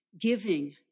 Giving